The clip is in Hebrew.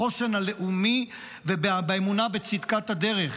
בחוסן הלאומי ובאמונה בצדקת הדרך.